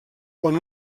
quan